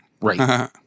Right